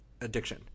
addiction